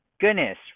goodness